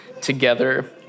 together